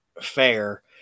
fair